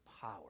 power